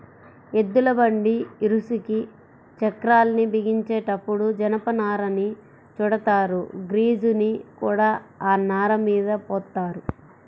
ఎద్దుల బండి ఇరుసుకి చక్రాల్ని బిగించేటప్పుడు జనపనారను చుడతారు, గ్రీజుని కూడా ఆ నారమీద పోత్తారు